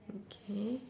okay